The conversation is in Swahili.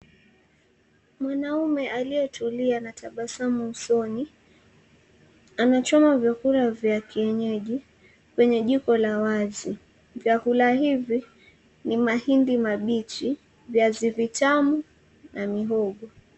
Mwanaume aliyetulia na tabasamu usoni anachoma vyakula vya kienyeji kwenye jiko la wazi. Vyakula hivi ni mahindi mabichi, viazi vitamu na mihogo.